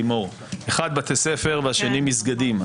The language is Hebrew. והשני, מסגדים.